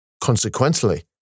Consequently